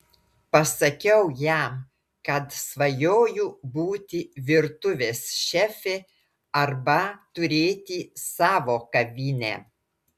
pasakiau jam kad svajoju būti virtuvės šefė arba turėti savo kavinę